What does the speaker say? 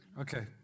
Okay